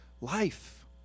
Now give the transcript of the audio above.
life